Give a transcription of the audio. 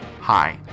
Hi